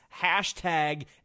Hashtag